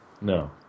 No